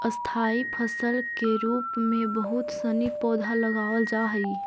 स्थाई फसल के रूप में बहुत सनी पौधा लगावल जा हई